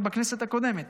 כבר בכנסת הקודמת